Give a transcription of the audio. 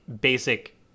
basic